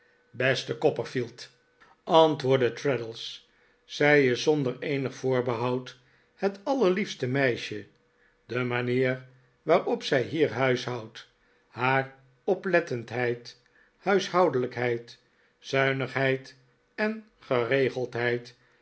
beste copperfield antwoordde traddles zij is zonder eenig voorbehoud het allerliefste meisje de manier waarop zij hier huishoudt haar oplettendheid huishoudelijkheid zuinigheid en